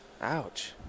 Ouch